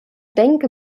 denke